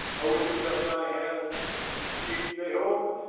i would lift up my hands but see, they hold them,